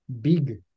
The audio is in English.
big